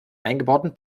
eingebauten